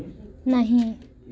नहीं